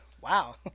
Wow